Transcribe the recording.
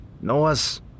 Noah's